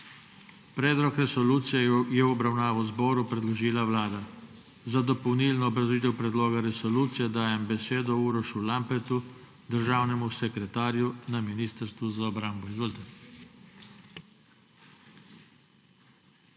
Predlog resolucije je v obravnavo zboru predložila Vlada. Za dopolnilno obrazložitev predloga resolucije dajem besedo Urošu Lampretu, državnemu sekretarju na Ministrstvu za obrambo. Izvolite.